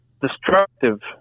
destructive